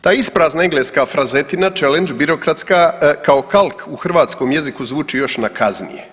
Ta isprazna engleska frazetina „čelendž“ birokratska kao kalk u hrvatskom jeziku zvuči još nakaznije.